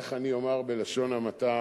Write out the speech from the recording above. איך אני אומר בלשון המעטה,